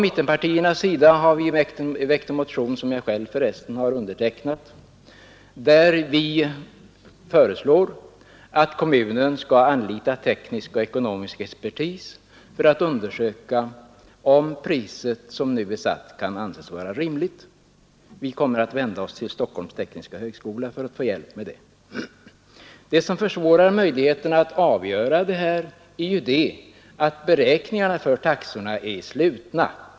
Mittenpartierna har väckt en motion, som jag själv har undertecknat, där vi föreslår att kommunen skall anlita teknisk och ekonomisk expertis för att undersöka om det nu satta priset kan anses rimligt. Vi kommer att vända oss till Stockholms tekniska högskola för att få hjälp härmed. Det som försvårar möjligheterna att göra detta är att beräkningarna för taxorna är slutna.